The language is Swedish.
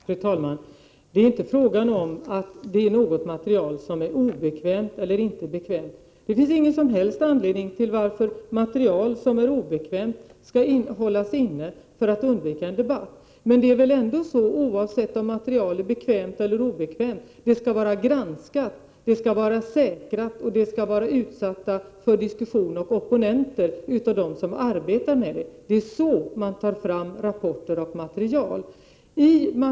Fru talman! Det är inte fråga om huruvida material är bekvämt eller inte. Det finns ingen som helst anledning till att material som är obekvämt skall hållas inne för undvikande av debatt. Men det är väl ändå så, oavsett om materialet är bekvämt eller obekvämt, att det skall vara granskat, säkrat och utsatt för diskussion av opponenter bland dem som arbetar med det. Det är så man tar fram rapporter och material.